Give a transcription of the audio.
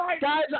Guys